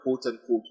quote-unquote